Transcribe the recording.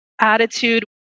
attitude